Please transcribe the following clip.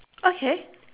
okay